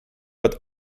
but